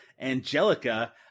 Angelica